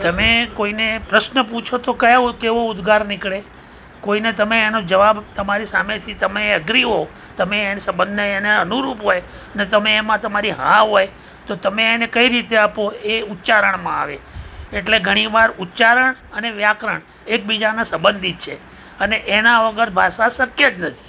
તમે કોઈને પ્રશ્ન પૂછો તો કયા કેવો ઉદ્ગાર નીકળે કોઈને તમે એનો જવાબ તમારી સામેથી તમે એગ્રી હો તમે એ સંબંધને એને અનુરૂપ હોય અને તમે એમાં તમારી હા હોય તો તમે એને કઈ રીતે આપો એ ઉચ્ચારણમાં આવે એટલે ઘણી વાર ઉચ્ચારણ અને વ્યાકરણ એકબીજાના સબંધી જ છે અને એના વગર ભાષા શક્ય જ નથી